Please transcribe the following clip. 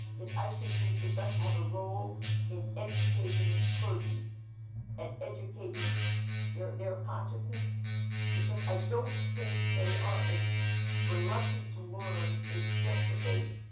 is i think we begin to have a role in educating clergy and educating their their consciousness because i don't think they are as reluctant to learn it's just the bait,